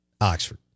Oxford